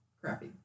crappy